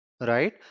right